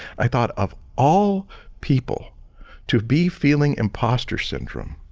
i thought of all people to be feeling imposter syndrome,